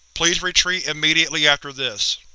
please retreat immediately after this.